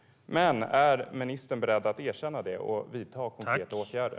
Är ministern beredd att erkänna det och vidta konkreta åtgärder?